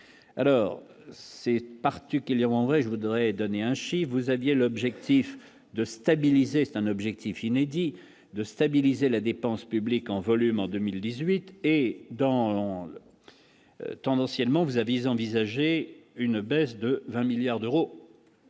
alors c'est particulièrement vrai je voudrais donner un chiffre, vous aviez l'objectif de stabiliser un objectif inédit de stabiliser la dépense publique en volume en 2018 et dans tendanciellement vous avise envisager une baisse de 20 milliards d'euros.